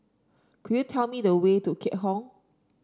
could you tell me the way to Keat Hong